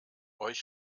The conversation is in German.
euch